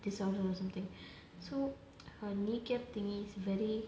disorder or something so her kneecap thingy is very